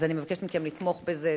אז אני מבקשת מכם לתמוך בזה.